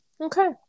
Okay